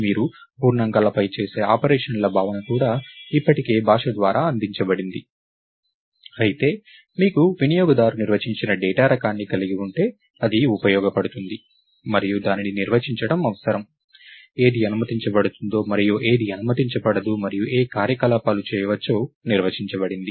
మీరు పూర్ణాంకాలపై చేసే ఆపరేషన్ల భావన కూడా ఇప్పటికే భాష ద్వారా అందించబడింది అయితే మీకు వినియోగదారు నిర్వచించిన డేటా రకాన్ని కలిగి ఉంటే అది ఉపయోగపడుతుంది మరియు దానిని నిర్వచించడం అవసరం ఏది అనుమతించబడుతుందో మరియు ఏది అనుమతించబడదు మరియు ఏ కార్యకలాపాలు చేయవచ్చో నిర్వచించబడినది